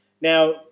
Now